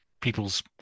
people's